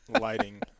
Lighting